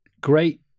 Great